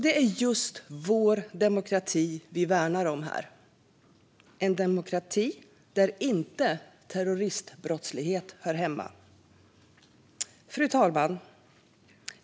Det är just vår demokrati vi värnar om här - en demokrati där terroristbrottslighet inte hör hemma. Fru talman!